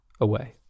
away